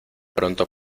pronto